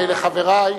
חברי.